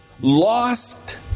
lost